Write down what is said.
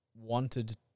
wanted